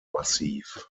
massiv